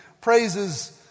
praises